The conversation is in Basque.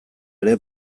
ere